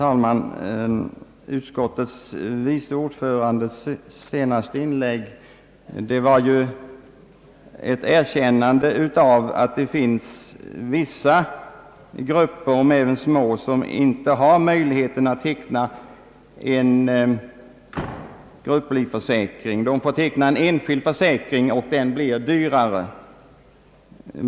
Herr talman! Det senaste inlägget av utskottets ordförande innebar ju ett erkännande av att det finns vissa grupper, även om de är små, som inte har möjlighet att teckna grupplivförsäkring. De får teckna en enskild försäkring, och den blir dyrare.